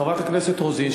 חברת הכנסת רוזין,